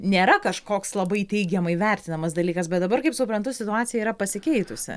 nėra kažkoks labai teigiamai vertinamas dalykas bet dabar kaip suprantu situacija yra pasikeitusi